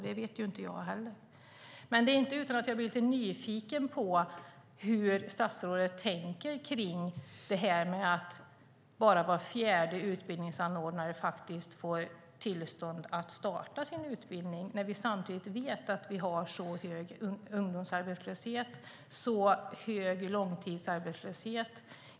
Det vet inte jag heller. Det är inte utan att jag blir lite nyfiken på hur statsrådet tänker kring detta med att bara var fjärde utbildningsanordnare får tillstånd att starta sin utbildning, när vi samtidigt vet att vi har så hög ungdomsarbetslöshet och så hög långtidsarbetslöshet.